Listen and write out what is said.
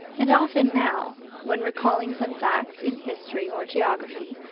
and often now, when recalling some facts in history or geography,